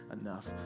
enough